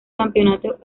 campeonato